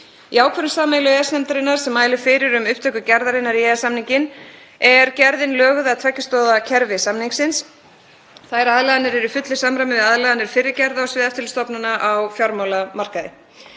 ákvörðun sameiginlegu nefndarinnar, sem mælir fyrir um upptöku gerðarinnar í EES-samninginn, er gerðin löguð að tveggja stoða kerfi samningsins. Þær aðlaganir eru í fullu samræmi við aðlaganir fyrri gerða á sviði eftirlitsstofnana á fjármálamarkað.